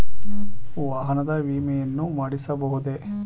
ವಾಹನದ ವಿಮೆಯನ್ನು ಮಾಡಿಸಬಹುದೇ?